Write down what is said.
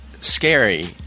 scary